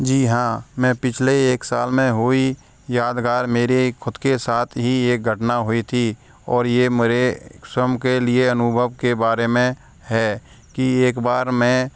जी हाँ मैं पिछले एक साल में हुई यादगार मेरे ख़ुद के साथ ही एक घटना हुई थी और यह मेरे स्वयं के लिए अनुभव के बारे में है कि एक बार मैं